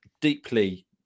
deeply